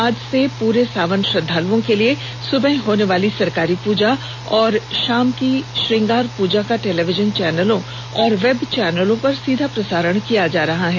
आज से पूरे सावन श्रद्वालुओं के लिए सुबह होने वाली सरकारी पूजा और शाम की श्रृंगार पूजा का टेलीविजन चैनलों और वेब चैनलों पर सीधा प्रसारण किया जा रहा है